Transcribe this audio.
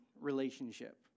relationship